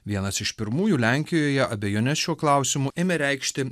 vienas iš pirmųjų lenkijoje abejones šiuo klausimu ėmė reikšti